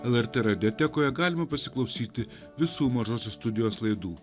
lrt radiotekoje galima pasiklausyti visų mažosios studijos laidų